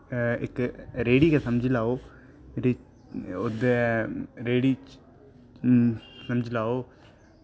इर रहेड़ी गै समझी लैओ ओह्दै रहेड़ी च समझी लैऔ